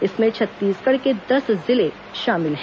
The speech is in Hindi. इसमें छत्तीसगढ़ के दस जिले शामिल हैं